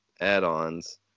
add-ons